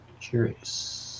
Curious